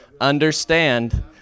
understand